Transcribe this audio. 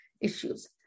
issues